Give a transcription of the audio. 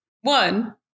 one